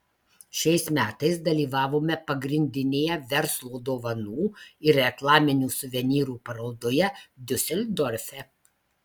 šiais metais dalyvavome pagrindinėje verslo dovanų ir reklaminių suvenyrų parodoje diuseldorfe